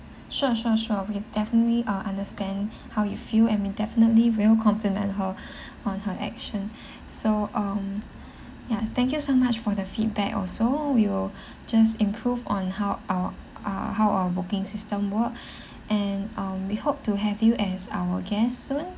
sure sure sure we definitely uh understand how you feel and we'll definitely will compliment her on her action so um ya thank you so much for the feedback also we'll just improve on how our ah how our booking system work and um we hope to have you as our guests soon